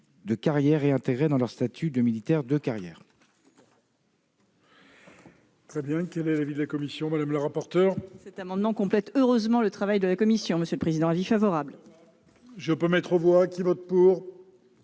de carrière réintégrés dans leur statut de militaire de carrière.